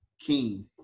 king